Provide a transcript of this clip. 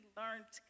learned